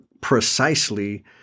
precisely